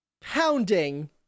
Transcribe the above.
pounding